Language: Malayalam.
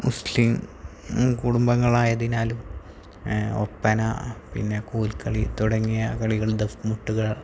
മുസ്ലിം കുടുംബങ്ങളായതിനാലും ഒപ്പന പിന്നെ കോൽക്കളി തുടങ്ങിയ കളികളും ദഫ്മുട്ടുകളും